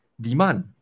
demand